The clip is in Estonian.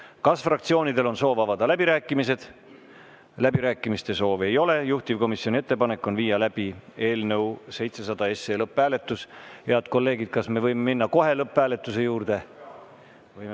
Kas fraktsioonidel on soov avada läbirääkimised? Läbirääkimiste soovi ei ole. Juhtivkomisjoni ettepanek on viia läbi eelnõu 700 lõpphääletus. Head kolleegid! Kas me võime minna kohe lõpphääletuse juurde?